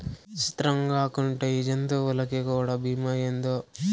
సిత్రంగాకుంటే ఈ జంతులకీ కూడా బీమా ఏందో